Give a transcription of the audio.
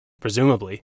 Presumably